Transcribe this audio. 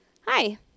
hi